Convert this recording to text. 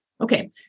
Okay